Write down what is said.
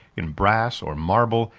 in brass, or marble,